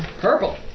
Purple